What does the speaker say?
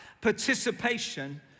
participation